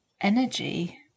energy